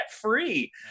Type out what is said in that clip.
free